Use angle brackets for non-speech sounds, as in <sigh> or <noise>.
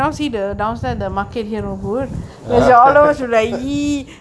<laughs>